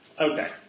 Okay